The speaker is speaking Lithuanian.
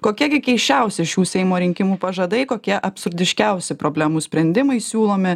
kokie gi keisčiausi šių seimo rinkimų pažadai kokie absurdiškiausi problemų sprendimai siūlomi